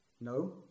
No